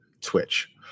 Twitch